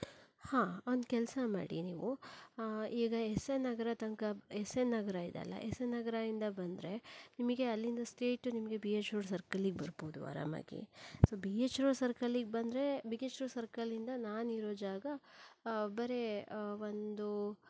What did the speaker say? ಹಾ ಒಂದು ಕೆಲಸ ಮಾಡಿ ನೀವು ಈಗ ಎಸ್ ಎನ್ ನಗರ ತನಕ ಎಸ್ ಎನ್ ನಗರ ಇದೆ ಅಲ್ಲ ಎಸ್ ಎನ್ ನಗರಯಿಂದ ಬಂದರೆ ನಿಮಗೆ ಅಲ್ಲಿಂದ ಸ್ಟ್ರೇಟ್ ನಿಮಗೆ ಬಿ ಹೆಚ್ ರೋಡ್ ಸರ್ಕಲ್ಲಿಗೆ ಬರ್ಬೋದು ಆರಾಮಾಗಿ ಸೋ ಬಿ ಹೆಚ್ ರೋಡ್ ಸರ್ಕಲ್ಲಿಗೆ ಬಂದರೆ ಬಿ ಹೆಚ್ ರೋಡ್ ಸರ್ಕಲಿಂದ ನಾನಿರೋ ಜಾಗ ಬರೀ ಒಂದು